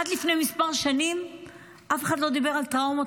עד לפני מספר שנים אף אחד לא דיבר על טראומות